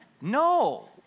No